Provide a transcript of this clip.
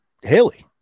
Haley